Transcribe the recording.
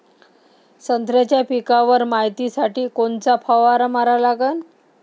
संत्र्याच्या पिकावर मायतीसाठी कोनचा फवारा मारा लागन?